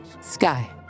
Sky